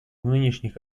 нынешних